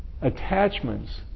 attachments